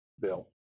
bill